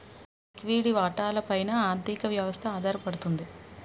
లిక్విడి వాటాల పైన ఆర్థిక వ్యవస్థ ఆధారపడుతుంది